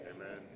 Amen